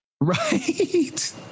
Right